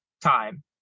time